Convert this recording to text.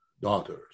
daughters